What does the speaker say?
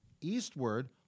eastward